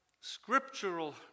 scriptural